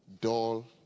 dull